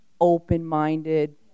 open-minded